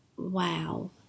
wow